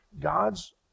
God's